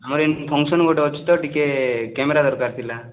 ଆମର ଏଇ ଫଙ୍କସନ୍ ଗୋଟେ ଅଛି ତ ଟିକେ କ୍ୟାମେରା ଦରକାର ଥିଲା